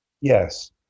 yes